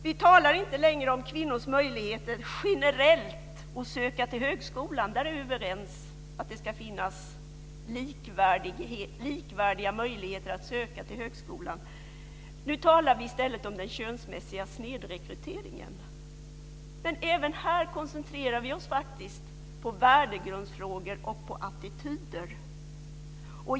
Vi talar inte längre om kvinnors möjligheter generellt att söka till högskolan. Där är vi överens om att det ska finnas likvärdiga möjligheter att söka till högskolan. Nu talar vi i stället om den könsmässiga snedrekryteringen. Men även här koncentrerar vi oss faktiskt på värdegrundsfrågor och på attityder.